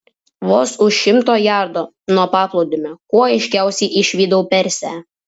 vos už šimto jardo nuo paplūdimio kuo aiškiausiai išvydau persę